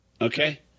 Okay